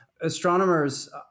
Astronomers